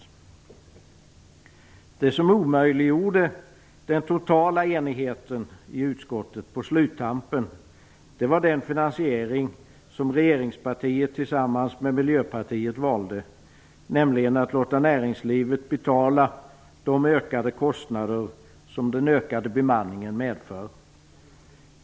Det som omöjliggjorde den totala enigheten i utskottet på sluttampen var den finansiering som regeringspartiet tillsammans med Miljöpartiet valde, nämligen att låta näringslivet betala de ökade kostnader som den ökade bemanningen medför.